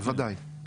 בוודאי.